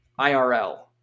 IRL